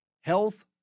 health